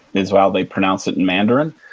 is how they pronounce it in mandarin.